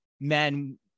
men